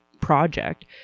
project